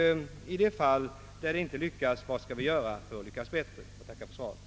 I de fall vi inte lyckas måste vi fråga oss vad vi skall göra för att nå bättre resultat. Jag ber att än en gång få tacka för svaret.